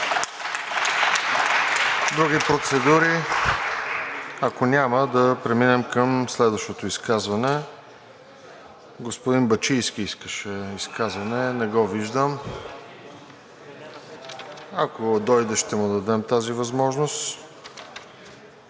Други процедури? Ако няма, да преминем към следващото изказване. Господин Бачийски искаше изказване – не го виждам, ако дойде, ще му дадем тази възможност.